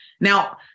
Now